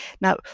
Now